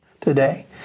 today